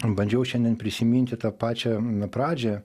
bandžiau šiandien prisiminti tą pačią pradžią